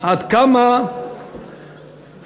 עד כמה התקציב